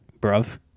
Bruv